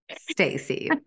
Stacy